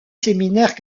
séminaire